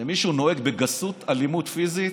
נוהג בגסות, אלימות פיזית,